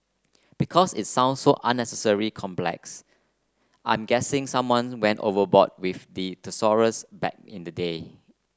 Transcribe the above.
because it's sounds so unnecessary complex I'm guessing someone went overboard with the thesaurus back in the day